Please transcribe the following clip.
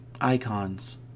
icons